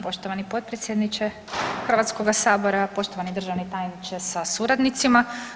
Poštovani potpredsjedniče Hrvatskoga sabora, poštovani državni tajniče sa suradnicima.